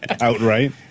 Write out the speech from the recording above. outright